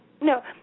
No